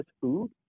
food